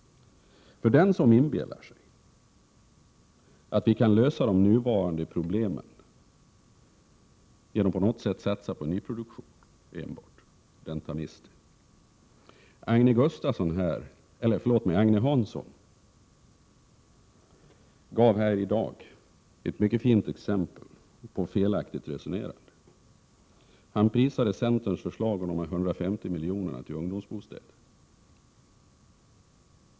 Den som inbillar sig att de nuvarande problemen kan lösas enbart genom en satsning på nyproduktion tar miste. Agne Hansson gav här i dag ett mycket fint exempel på ett felaktigt resonemang. Han prisade centerns förslag om 150 miljoner till ungdomsbostäder.